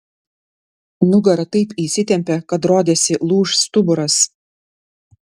nugara taip įsitempė kad rodėsi lūš stuburas